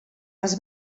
els